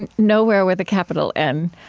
and nowhere with a capital n.